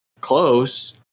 close